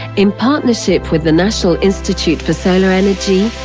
in partnership with the national institute for solar energy,